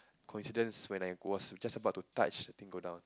coincidence when I was just about to touch the thing go down